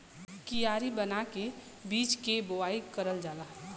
कियारी बना के बीज के बोवाई करल जाला